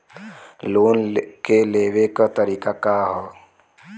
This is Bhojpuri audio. लोन के लेवे क तरीका का ह?